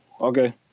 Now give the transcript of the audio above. Okay